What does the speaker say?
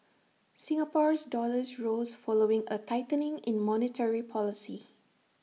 Singapore's dollar rose following A tightening in monetary policy